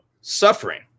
suffering